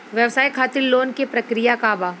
व्यवसाय खातीर लोन के प्रक्रिया का बा?